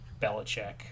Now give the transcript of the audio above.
Belichick